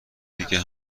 دیگه